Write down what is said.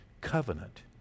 Covenant